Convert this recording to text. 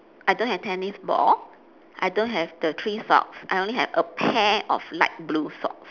I don't have tennis ball I don't have the three socks I only have a pair of light blue socks